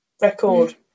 record